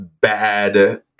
bad